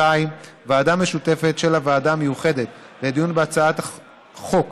2. ועדה משותפת של הוועדה המיוחדת לדיון בהצעת חוק